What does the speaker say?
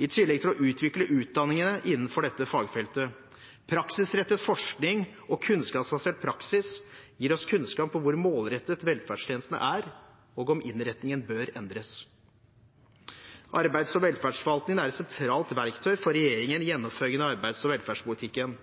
i tillegg til å utvikle utdanningene innenfor dette fagfeltet. Praksisrettet forskning og kunnskapsbasert praksis gir oss kunnskap om hvor målrettet velferdstjenestene er, og om innretningen bør endres. Arbeids- og velferdsforvaltningen er et sentralt verktøy for regjeringen i gjennomføringen av arbeids- og velferdspolitikken.